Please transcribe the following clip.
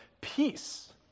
peace